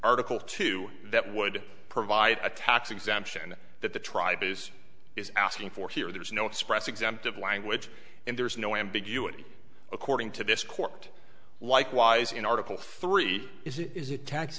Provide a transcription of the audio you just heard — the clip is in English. article two that would provide a tax exemption that the tribe is is asking for here there is no express exempt of language and there is no ambiguity according to this court likewise in article three is it